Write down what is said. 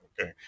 Okay